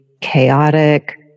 chaotic